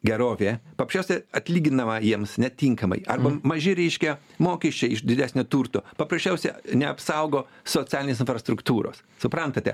gerovę paprasčiausia atlyginama jiems netinkamai arba maži reiškia mokesčiai iš didesnio turto paprasčiausia neapsaugo socialinės infrastruktūros suprantate